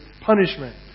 punishment